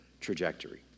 trajectory